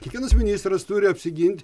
kiekvienas ministras turi apsigint